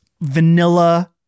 vanilla